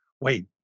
wait